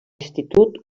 institut